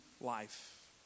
life